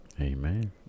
Amen